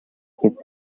kids